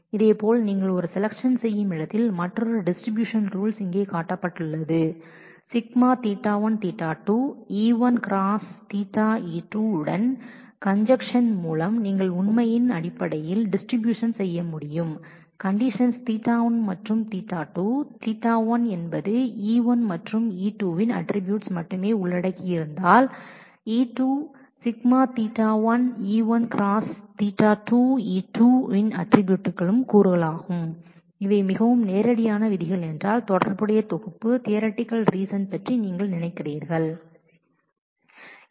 இதேபோல் மற்றொரு distribution rules இங்கே காட்டப்பட்டுள்ளது நீங்கள் ஒரு கான்ஜன்க்ஷன் உடைய செலக்ஷன் செய்யும் இடத்தில் σƟ1 Ɵ2 E1 ⋈Ɵ E2 பின்னர் நீங்கள் உண்மையில் டிஸ்ட்ரிபியூஷன் கண்டிஷன் Ɵ1 மற்றும்2 அடிப்படையில் செய்ய முடியும் Ɵ1 என்பது E1 மற்றும் Ɵ2 இன் ஆகியவற்றின் அட்ட்ரிபூயூட்ஸ் E2 உடைய அட்ட்ரிபூயூட்ஸ் மட்டும் உள்ளடக்கியிருந்தால் σƟ1 ⋈Ɵ 2 என்று வரும் இவை மிகவும் நேரடியான விதிகள் நீங்கள் அதனோடு தொடர்புடைய தொகுப்பு தியறட்டிக் ரீஸன் பற்றி நீங்கள் நினைக்கிறீர்கள் என்றாள்